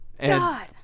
God